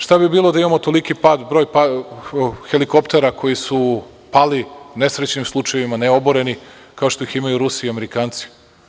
Šta bi bilo da imamo toliki broj helikoptera koji su pali u nesrećnim slučajevima, ne oboreni, kao što ih imaju Rusi i Amerikanci?